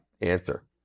answer